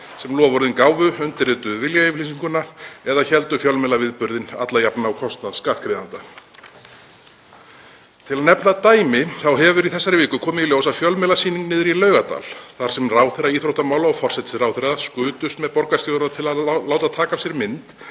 sem loforðin gáfu, undirrituðu viljayfirlýsinguna eða héldu fjölmiðlaviðburðinn alla jafnan á kostnað skattgreiðenda. Til að nefna dæmi þá hefur í þessari viku komið í ljós að fjölmiðlasýningin í Laugardal, þar sem ráðherra íþróttamála og forsætisráðherra skutust með borgarstjóra til að láta taka af sér mynd